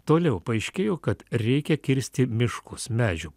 toliau paaiškėjo kad reikia kirsti miškus medžių